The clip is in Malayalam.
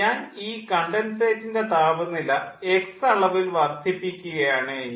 ഞാൻ ഈ കണ്ടൻസേറ്റിൻ്റെ താപനില X അളവിൽ വർദ്ധിപ്പിക്കുകയാണ് എങ്കിൽ